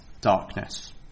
darkness